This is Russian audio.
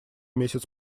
месяц